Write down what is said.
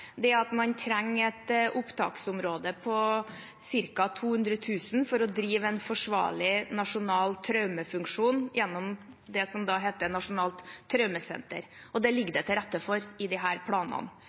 at man trenger et opptaksområde på ca. 200 000 for å drive en forsvarlig nasjonal traumefunksjon gjennom det som da het nasjonalt traumesenter. Det ligger